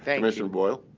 commissioner boyle?